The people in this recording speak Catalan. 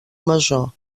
masó